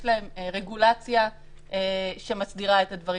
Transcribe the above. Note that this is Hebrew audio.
יש להם רגולציה שמסדירה את הדברים,